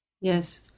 Yes